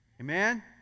Amen